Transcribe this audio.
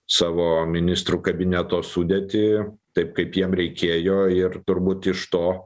savo ministrų kabineto sudėtį taip kaip jiem reikėjo ir turbūt iš to